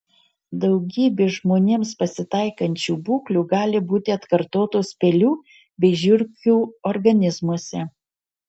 daugybė žmonėms pasitaikančių būklių gali būti atkartotos pelių bei žiurkių organizmuose